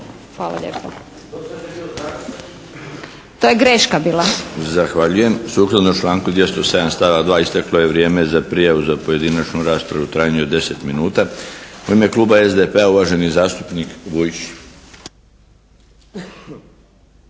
**Milinović, Darko (HDZ)** Zahvaljujem. Sukladno članku 207. stavak 2. isteklo je vrijeme za prijavu za pojedinačnu raspravu u trajanju od deset minuta. U ime kluba SDP-a, uvaženi zastupnik Vujić.